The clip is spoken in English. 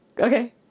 Okay